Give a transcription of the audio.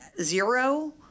zero